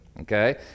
Okay